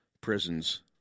prisons